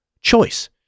choice